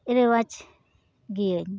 ᱨᱮᱣᱟᱡᱽ ᱜᱤᱭᱟᱹᱧ